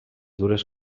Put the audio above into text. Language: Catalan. dures